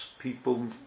people